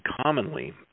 commonly